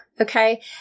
Okay